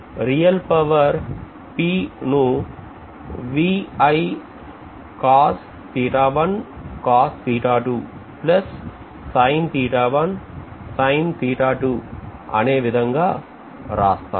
real power P ను అనే విధంగా రాస్తాము